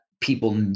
people